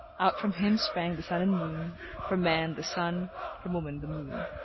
out from him sprang the sun and moon from man, the sun from woman, the moon.